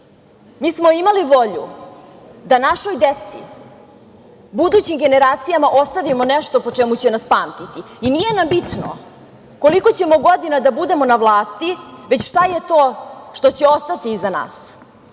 Mi smo imali volju da našoj deci, budućim generacijama ostavimo nešto po čemu će nas pamtiti i nije nam bitno koliko ćemo godina da budemo na vlasti, već šta je to što će ostati iza nas,